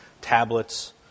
tablets